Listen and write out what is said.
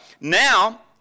Now